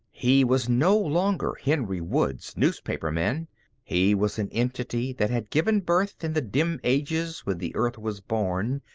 he was no longer henry woods, newspaperman he was an entity that had given birth, in the dim ages when the earth was born,